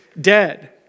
dead